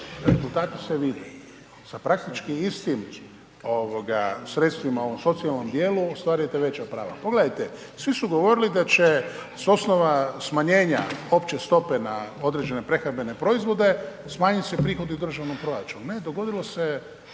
rezultati se vide, sa praktičkim istim sredstvima u socijalnom dijelu ostvarujete veća prava. Pogledajte, svi su govorili da će s osnova smanjenja opće stope na određene prehrambene proizvode smanjiti se prihodi u državnom proračunu. Ne, dogodilo se